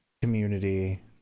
community